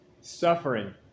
suffering